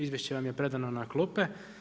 Izvješće vam je predano na klupe.